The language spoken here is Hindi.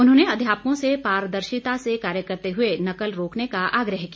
उन्होंने अध्यापकों से पारदर्शीता से कार्य करते हुए नकल रोकने का आग्रह किया